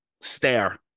stare